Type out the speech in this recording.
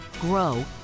grow